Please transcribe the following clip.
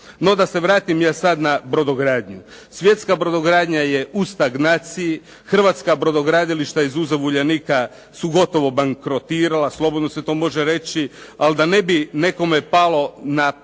No da se vratim ja sad na brodogradnju. Svjetska brodogradnja je u stagnaciji, hrvatska brodogradilišta izuzev Uljanika su gotovo bankrotirala, slobodno se to može reći, ali da ne bi nekome palo na pamet